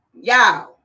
Y'all